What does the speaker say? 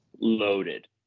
loaded